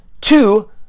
two